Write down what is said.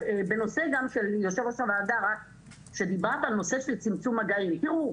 בנושא של צמצום מגעים, נושא אליו